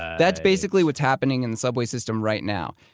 that's basically what's happening in the subway system right now.